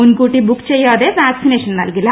മുൻകൂട്ടി ബുക്ക് ചെയ്യാതെ വാക്സിനേഷൻ നൽകില്ല